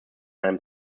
einem